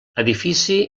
edifici